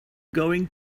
going